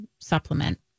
supplement